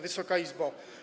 Wysoka Izbo!